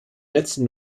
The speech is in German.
letzten